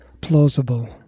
plausible